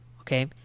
okay